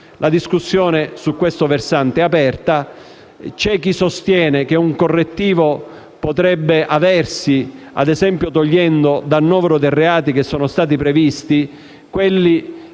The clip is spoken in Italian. La discussione su questo versante è aperta. C'è chi sostiene che un correttivo potrebbe aversi, ad esempio, togliendo dal novero dei reati previsti quelli